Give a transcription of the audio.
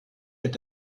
est